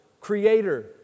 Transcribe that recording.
creator